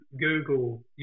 Google